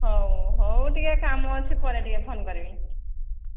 ହଉ ହଉ ଟିକେ କାମ ଅଛି ପରେ ଟିକେ ଫୋନ୍ କରିବି